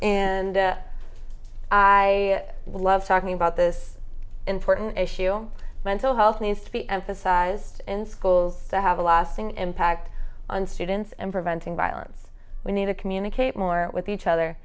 and i love talking about this important issue mental health needs to be emphasized in schools that have a lasting impact on students and preventing violence we need to communicate more with each other